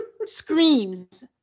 Screams